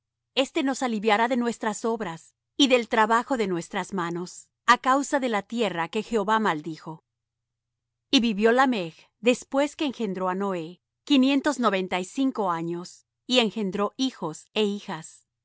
este nos aliviará de nuestras obras y del tabajo de nuestras manos á causa de la tierra que jehová maldijo y vivió lamech después que engendró á noé quinientos noventa y cinco años y engendró hijos é hijas